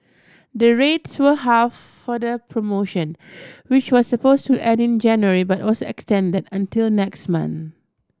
the rates were halved for the promotion which was supposed to end in January but was extended until next month